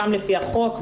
גם לפי החוק,